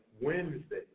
Wednesday